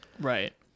Right